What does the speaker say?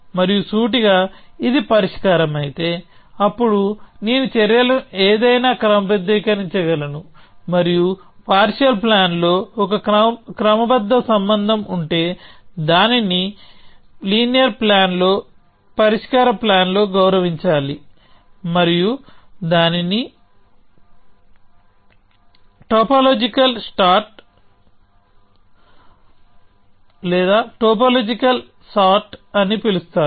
మరియు సూటిగా ఇది పరిష్కారం అయితే అప్పుడు నేను చర్యలను ఏదైనా క్రమబద్ధీకరించగలను మరియు పార్షియల్ ప్లాన్ లో ఒక క్రమబద్ధ సంబంధం ఉంటే దానిని లీనియర్ ప్లాన్ లో పరిష్కార ప్లాన్ లో గౌరవించాలి మరియు దానిని టోపోలాజికల్ సార్ట్ అని పిలుస్తారు